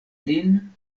lin